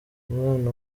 umwana